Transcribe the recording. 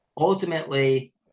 ultimately